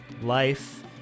life